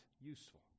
useful